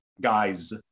guys